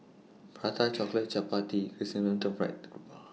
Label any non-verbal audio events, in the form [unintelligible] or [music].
Prata Chocolate Chappati [unintelligible]